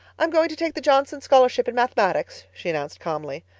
i'm going to take the johnson scholarship in mathematics, she announced calmly.